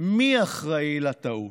מי אחראי לטעות."